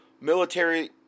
military